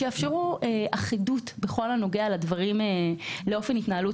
שיאפשרו אחידות בכל הנוגע לאופן התנהלות